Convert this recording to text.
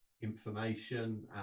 information